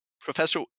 Professor